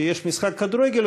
כשיש משחק כדורגל,